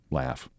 laugh